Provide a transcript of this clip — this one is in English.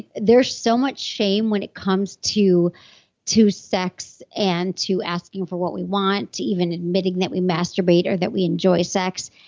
there's so much shame when it comes to to sex and to asking for what we want, to even admitting that we masturbate or that we enjoy sex.